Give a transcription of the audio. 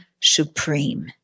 supreme